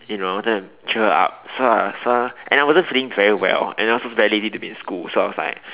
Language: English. you know to cheer her up so I asked her and I wasn't really feeling very well and I was also very lazy to be in school so I was like